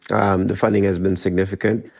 um the funding has been significant.